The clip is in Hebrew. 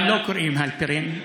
גם לו קוראים הלפרין.